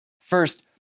First